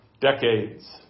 decades